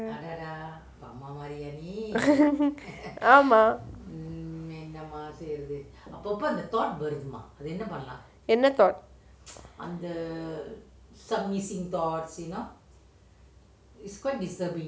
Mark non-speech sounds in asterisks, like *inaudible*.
*laughs* ஆமா என்ன:aama enna